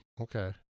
Okay